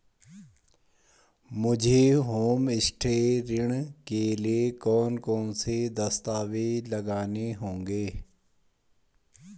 मुझे होमस्टे ऋण के लिए कौन कौनसे दस्तावेज़ लगाने होंगे?